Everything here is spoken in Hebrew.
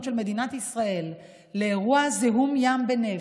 של מדינת ישראל לאירוע זיהום ים בנפט,